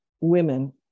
women